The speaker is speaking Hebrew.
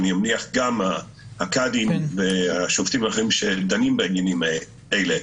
ואני מניח שגם הקאדים והשופטים האחרים שדנים בעניינים האלה,